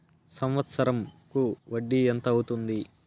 సంవత్సరం కు వడ్డీ ఎంత అవుతుంది?